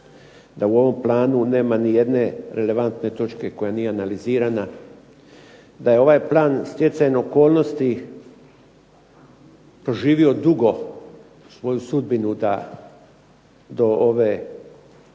da u ovom planu nema nijedne relevantne točke koja nije analizirana, da je ovaj plan stjecajem okolnosti proživio dugo svoju sudbinu da do ove